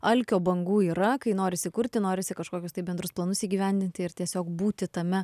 alkio bangų yra kai norisi kurti norisi kažkokius tai bendrus planus įgyvendinti ir tiesiog būti tame